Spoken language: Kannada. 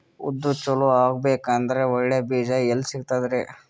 ಉದ್ದು ಚಲೋ ಆಗಬೇಕಂದ್ರೆ ಒಳ್ಳೆ ಬೀಜ ಎಲ್ ಸಿಗತದರೀ?